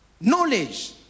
knowledge